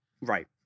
Right